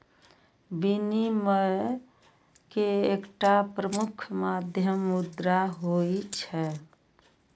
विनिमय के एकटा प्रमुख माध्यम मुद्रा होइ छै